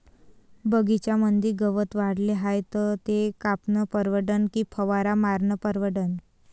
बगीच्यामंदी गवत वाढले हाये तर ते कापनं परवडन की फवारा मारनं परवडन?